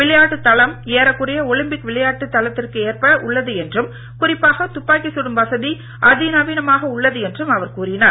விளையாட்டு தளம் ஏறக்குறைய ஒலிம்பிக் விளையாட்டு தளத்திற்கு ஏற்பவே உள்ளது என்றும் குறிப்பாக துப்பாக்கிச் சுடும் வசதி அதிநவீனமாக உள்ளது என்றும் அவர் கூறினார்